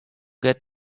get